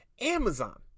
amazon